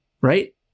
right